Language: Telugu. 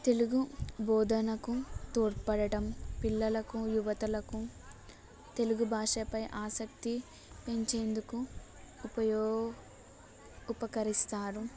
తెలుగు బోధనకు తోడ్పడటం పిల్లలకు యువతలకు తెలుగు భాషపై ఆసక్తి పెంచేందుకు ఉపకరిస్తారు